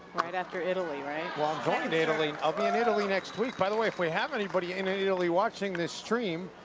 right after italy, right? well i'm going to and italy. i'll be in italy next week. by the way if we have anybody in italy watching this stream,